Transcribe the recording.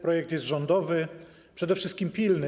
Projekt jest rządowy, przede wszystkim pilny.